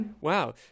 wow